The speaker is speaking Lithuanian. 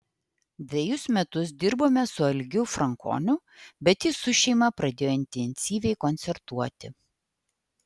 dvejus metus dirbome su algiu frankoniu bet jis su šeima pradėjo intensyviai koncertuoti